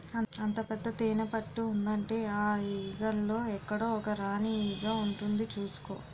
అంత పెద్ద తేనెపట్టు ఉందంటే ఆ ఈగల్లో ఎక్కడో ఒక రాణీ ఈగ ఉంటుంది చూసుకో